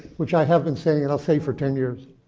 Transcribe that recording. which i have been saying and i'll say for ten years.